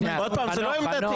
עוד פעם, זו לא עמדתי.